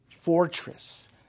fortress